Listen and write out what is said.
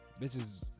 Bitches